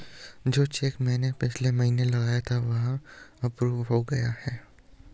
जो चैक मैंने पिछले महीना लगाया था वह अप्रूव हो गया है